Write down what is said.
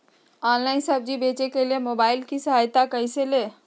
Online सब्जी बेचने के लिए मोबाईल की सहायता कैसे ले?